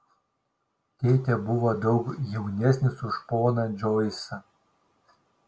tėtė buvo daug jaunesnis už poną džoisą